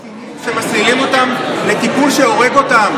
יש קטינים שמסלילים אותם לטיפול שהורג אותם.